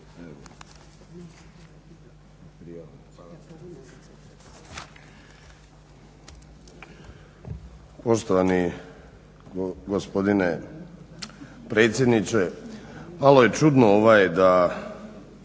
Poštovani gospodine potpredsjedniče. Malo je čudno da